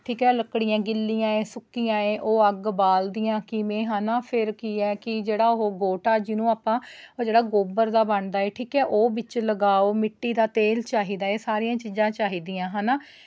ਠੀਕ ਹੈ ਲੱਕੜੀਆਂ ਗਿੱਲੀਆਂ ਏ ਸੁੱਕੀਆਂ ਏ ਉਹ ਅੱਗ ਬਾਲਦੀਆਂ ਕਿਵੇਂ ਹੈ ਨਾ ਫਿਰ ਕੀ ਹੈ ਕਿ ਜਿਹੜਾ ਉਹ ਬੋਹਟਾ ਜਿਹਨੂੰ ਆਪਾਂ ਉਹ ਜਿਹੜਾ ਗੋਬਰ ਦਾ ਬਣਦਾ ਏ ਠੀਕ ਹੈ ਉਹ ਵਿੱਚ ਲਗਾਉ ਮਿੱਟੀ ਦਾ ਤੇਲ ਚਾਹੀਦਾ ਏ ਸਾਰੀਆਂ ਚੀਜ਼ਾਂ ਚਾਹੀਦੀਆਂ ਹੈ ਨਾ